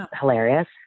hilarious